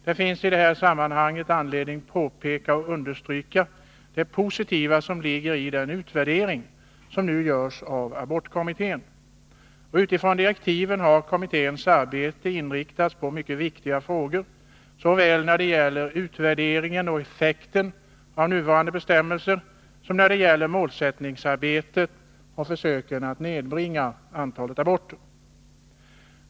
Det finns i detta sammanhang anledning att påpeka och understryka det positiva som ligger i den utvärdering som nu görs av abortkommittén. Utifrån direktiven har kommitténs arbete inriktats på mycket viktiga frågor såväl när det gäller utvärderingen och effekten av nuvarande bestämmelser som när det gäller målsättningsarbetet att försöka nedbringa antalet aborter.